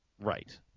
Right